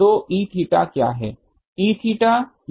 तो Eθ क्या है